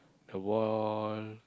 the ball